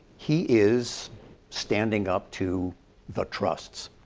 he is standing up to the trusts.